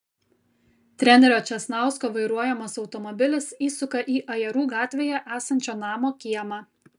trenerio česnausko vairuojamas automobilis įsuka į ajerų gatvėje esančio namo kiemą